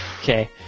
Okay